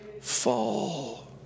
fall